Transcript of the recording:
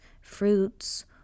fruits